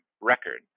record